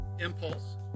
impulse